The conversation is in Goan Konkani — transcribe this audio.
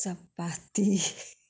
चपाती